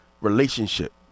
relationship